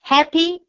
Happy